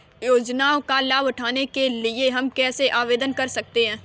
योजनाओं का लाभ उठाने के लिए हम कैसे आवेदन कर सकते हैं?